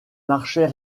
marchait